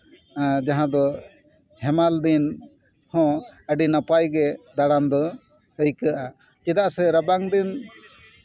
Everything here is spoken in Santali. ᱦᱮᱸ ᱡᱟᱦᱟᱸ ᱫᱚ ᱦᱮᱢᱟᱞ ᱫᱤᱱ ᱦᱚᱸ ᱟᱹᱰᱤ ᱱᱟᱯᱟᱭ ᱜᱮ ᱫᱟᱬᱟᱱ ᱫᱚ ᱟᱹᱭᱠᱟᱹᱜᱼᱟ ᱪᱮᱫᱟᱜ ᱥᱮ ᱨᱟᱵᱟᱝ ᱫᱤᱱ